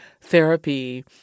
therapy